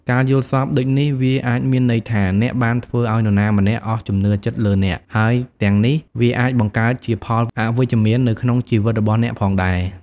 ការយល់សប្តិដូចនេះ វាអាចមានន័យថា អ្នកបានធ្វើឲ្យនរណាម្នាក់ អស់ជំនឿចិត្តលើអ្នក ហើយទាំងនេះ វាអាចបង្កើតជាផលអវិជ្ជមាន នៅក្នុងជីវិតរបស់អ្នកផងដែរ។